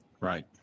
Right